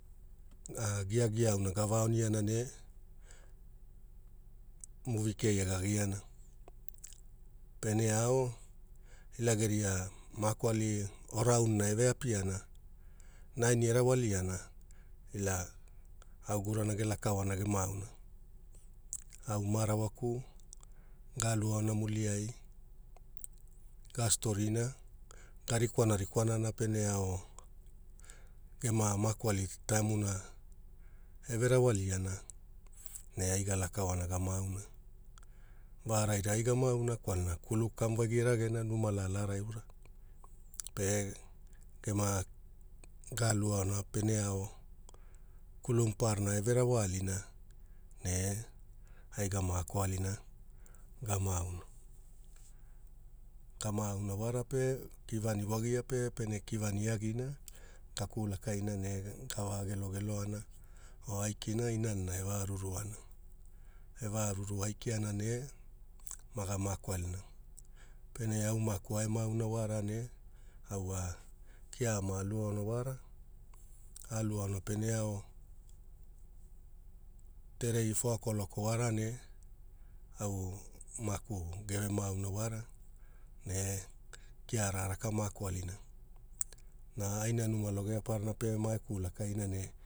Giagia auna gava oniana ne movi keia gagiana pene ao ila geria makoali ora aunana eve apiana naini erawaliana ila a ugurana gelaka oana ge mauna au ma arawaku ga aluaona muliai ga storina ga rikwana rikwanana pene ao gema makoali taemuna eve rawaliana ne ai ga lakaona ga mauna vara aira ai ga mauna kwalana kulu kamuvagi e ragena numa lalara aura pe gema ga aluaona pene ao kulu maparana eve rawa alina ne ai ga makoalina ga mauna ga mauna wara pe kivani wagia pe pene kivani eagina ga ku lakaina ne gava gelo geloana o aikina inana eva ruruana eva ruru aikiana ne maga mako alina pene au maku ae mauna wara ne auwa kia ma aluaona wara aluaona pene ao terei foa koloku wara ne au maku ge mauna wara ne kiara araka mako alina na aina numa logeaparana pe mae ku lakaina ne